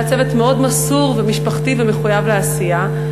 שהיה צוות מאוד מסור ומשפחתי ומחויב לעשייה.